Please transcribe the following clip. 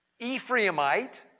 Ephraimite